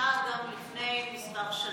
הייתה גם לפני כמה שנים,